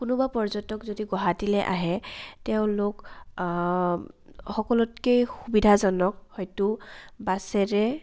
কোনোবা পৰ্যটক যদি গুৱাহাটীলে আহে তেওঁলোক সকলোতকে সুবিধাজনক হয়তো বাছেৰে